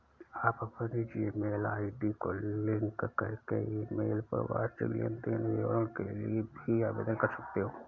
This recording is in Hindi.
आप अपनी जीमेल आई.डी को लिंक करके ईमेल पर वार्षिक लेन देन विवरण के लिए भी आवेदन कर सकते हैं